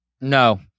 No